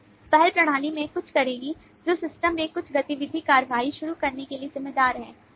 पहल प्रणाली में कुछ करेगी जो system में कुछ गतिविधि कार्रवाई शुरू करने के लिए जिम्मेदार है